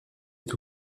est